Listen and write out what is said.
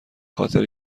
خاطر